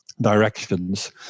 directions